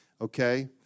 okay